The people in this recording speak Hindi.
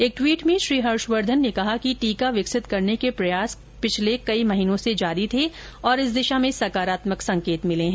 एक ट्वीट में श्री हर्ष वर्धन कहा कि टीका विकसित करने के प्रयास पिछले कई महीनों से जारी थे और इस दिशा में सकारात्मक संकेत मिले हैं